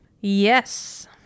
Yes